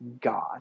God